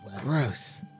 Gross